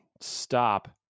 stop